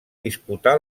disputà